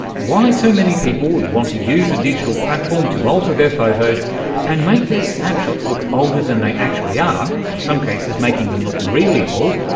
why so many people would want to use a digital platform to alter their photos and make their snapshots look older than they actually are, in some cases making them look really old.